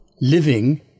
living